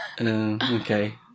Okay